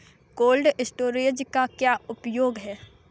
Cold storage का क्या उपयोग है?